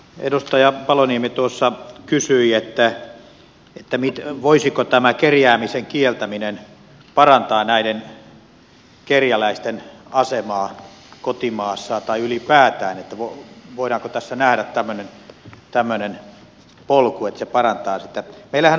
edustaja paloniemi tuossa kysyi voisiko tämä kerjäämisen kieltäminen parantaa näiden kerjäläisten asemaa kotimaassaan tai ylipäätään voidaanko tässä nähdä tämmöinen polku että se parantaa sitä